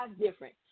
different